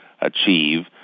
achieve